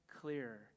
clearer